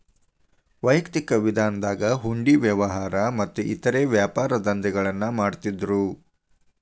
ವೈಯಕ್ತಿಕ ವಿಧಾನದಾಗ ಹುಂಡಿ ವ್ಯವಹಾರ ಮತ್ತ ಇತರೇ ವ್ಯಾಪಾರದಂಧೆಗಳನ್ನ ಮಾಡ್ತಿದ್ದರು